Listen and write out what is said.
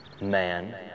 man